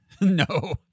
No